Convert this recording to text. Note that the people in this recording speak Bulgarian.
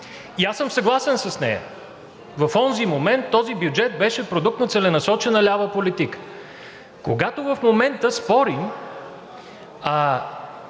Съгласен съм с нея. В онзи момент този бюджет беше продукт на целенасочена лява политика. Когато в момента спорим,